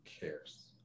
cares